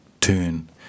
Turn